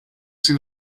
see